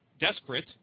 desperate